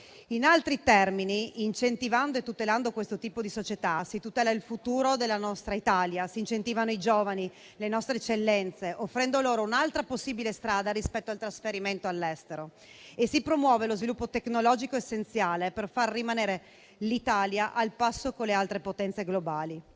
In altri termini, incentivando e tutelando questo tipo di società, si tutela il futuro della nostra Italia, si incentivano i giovani, le nostre eccellenze, offrendo loro un'altra possibile strada rispetto al trasferimento all'estero. Si promuove lo sviluppo tecnologico essenziale per far rimanere l'Italia al passo con le altre potenze globali.